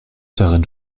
darin